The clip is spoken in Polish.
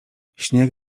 śnieg